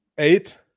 Eight